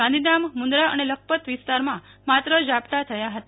ગાંધીધામ મુન્દ્રા અને લખપત વિસ્તારમાં માત્ર ઝાપટા થયા હતા